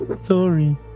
Sorry